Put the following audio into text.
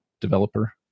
developer